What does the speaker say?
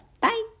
Bye